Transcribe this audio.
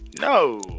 No